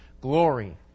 Glory